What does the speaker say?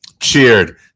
cheered